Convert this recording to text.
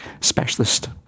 specialist